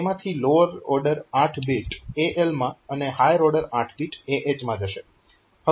તેમાંથી lower order 8 bit AL માં અને હાયર ઓર્ડર 8 બીટ AH માં જશે